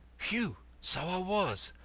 whew! so i was.